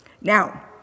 Now